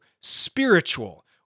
spiritual